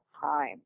time